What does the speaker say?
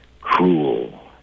cruel